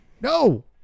No